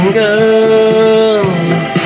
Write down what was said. girls